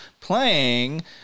playing